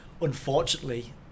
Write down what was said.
unfortunately